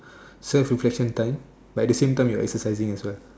self reflection time but at the same time you're exercising as the